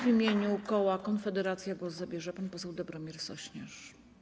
W imieniu koła Konfederacja głos zabierze pan poseł Dobromir Sośnierz.